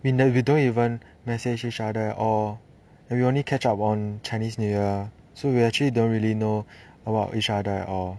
you know we don't even message each other at all like we only catch up on chinese new year so we actually don't really know about each other at all